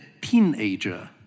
teenager